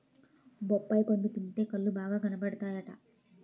బొప్పాయి పండు తింటే కళ్ళు బాగా కనబడతాయట